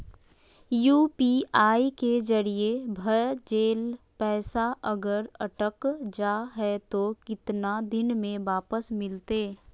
UPI के जरिए भजेल पैसा अगर अटक जा है तो कितना दिन में वापस मिलते?